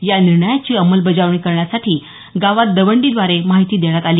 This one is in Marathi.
या निर्णयाची अंमलबजावणी करण्यासाठी गावात दवंडीद्वारे माहिती देण्यात आली